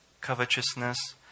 covetousness